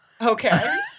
Okay